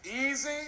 Easy